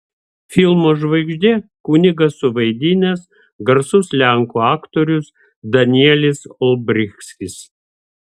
filmo žvaigždė kunigą suvaidinęs garsus lenkų aktorius danielis olbrychskis